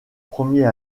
premier